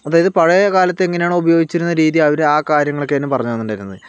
അതായത് പഴയകാലത്ത് എങ്ങനെയാണോ ഉപയോഗിച്ചിരുന്ന രീതി അവർ ആ കാര്യങ്ങൾ ഒക്കെയാണ് പറഞ്ഞു തന്നിട്ടുണ്ടായിരുന്നത്